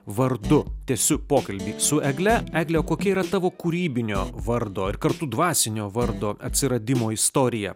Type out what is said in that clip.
vardu tęsiu pokalbį su egle egle kokie yra tavo kūrybinio vardo ir kartu dvasinio vardo atsiradimo istorija